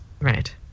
Right